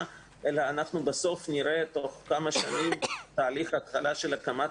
אלא אנחנו בסוף נראה תוך כמה שנים תהליך התחלה של הקמת